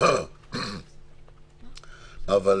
המדינה יכולה גם לדבר על דברים פרטיים,